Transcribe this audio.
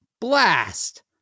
blast